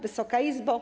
Wysoka Izbo!